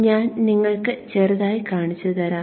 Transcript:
ഞാൻ നിങ്ങൾക്ക് ചെറുതായി കാണിച്ചുതരാം